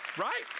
Right